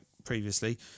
previously